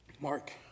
Mark